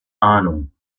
ahnung